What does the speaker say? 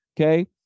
okay